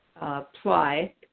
apply